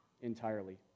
entirely